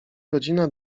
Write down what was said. godzina